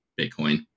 bitcoin